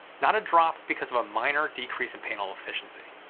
not a drop because of a minor decrease in panel efficiency.